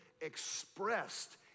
expressed